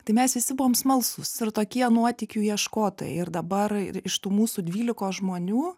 tai mes visi buvom smalsūs ir tokie nuotykių ieškotojai ir dabar ir iš tų mūsų dvylikos žmonių